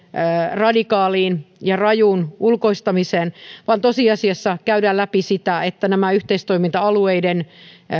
radikaaliin ja rajuun ulkoistamiseen vaan että tosiasiassa pitää käydä läpi näiden yhteistoiminta alueiden